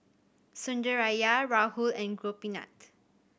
Sundaraiah Rahul and Gopinath